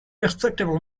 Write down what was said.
respectable